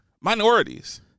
minorities